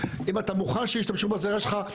אם אתה מוכן שישתמשו בזרע שלך,